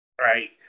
Right